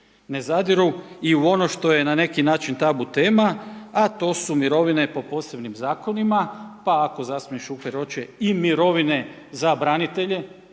Ne zadiru i u ono što je na neki način tabu tema a to su mirovine po posebnim zakonima, pa ako zastupnik Šuker hoće i mirovine za branitelje.